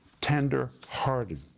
tender-hearted